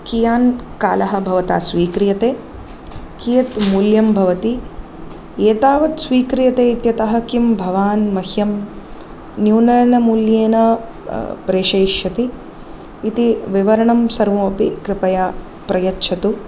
कियान् कालः भवता स्वीक्रियते कियत् मूल्यं भवति एतावत् स्वीक्रियते इत्यतः किं भवान् मह्यं न्यूनेन मूल्येन प्रेषयिष्यति इति विवरणं सर्वमपि कृपया प्रयच्छतु